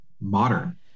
modern